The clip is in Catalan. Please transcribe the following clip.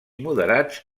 moderats